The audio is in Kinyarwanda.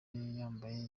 yambaye